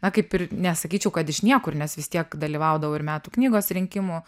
na kaip ir nesakyčiau kad iš niekur nes vis tiek dalyvaudavau ir metų knygos rinkimų